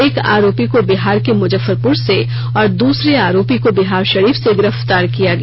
एक आरोपी को बिहार के मुजफ्फरपुर से और दूसरे आरोपी को बिहारषरीफ से गिरफ़्तार किया गया